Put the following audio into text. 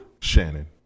Shannon